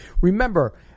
Remember